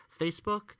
Facebook